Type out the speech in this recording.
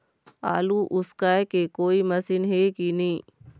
आलू उसकाय के कोई मशीन हे कि नी?